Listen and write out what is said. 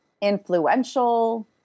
influential